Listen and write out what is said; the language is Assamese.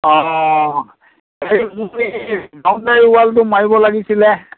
অঁ এই মোৰ এই বাউণ্ডেৰী ৱালটো মাৰিব লাগিছিলে